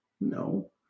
No